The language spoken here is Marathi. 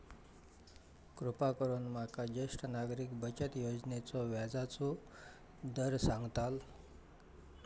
कृपा करून माका ज्येष्ठ नागरिक बचत योजनेचो व्याजचो दर सांगताल